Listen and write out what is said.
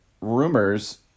rumors